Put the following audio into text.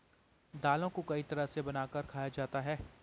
दालों को कई तरह से बनाकर खाया जाता है